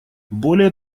более